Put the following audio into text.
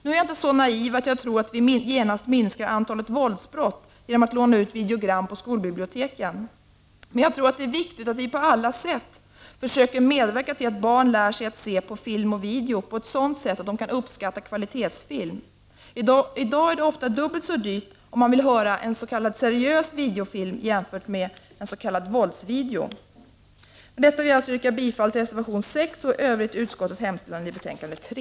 Nu är jag inte så naiv att jag tror att vi genast minskar antalet våldsbrott genom att låna ut videogram i skolbiblioteken. Men jag tror att det är viktigt att vi på alla sätt försöker att medverka till att barn lär sig att se på film och video på ett sådant sätt att de kan uppskatta kvalitetsfilm. I dag är det ofta dubbelt så dyrt om man vill hyra en s.k. seriös videofilm jämfört med en s.k. våldsvideo. Med detta vill jag alltså yrka bifall till reservation 6 och i övrigt till utskottets hemställan i betänkande 3.